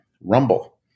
Rumble